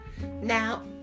Now